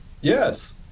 Yes